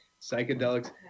psychedelics